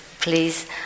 please